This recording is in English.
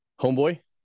Homeboy